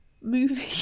movie